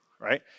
right